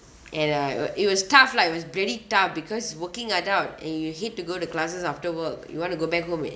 and I ugh it was tough lah it was really tough because working adult and you hate to go to classes after work you want to go back home and